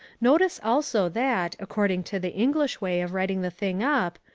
notice also that, according to the english way of writing the thing up,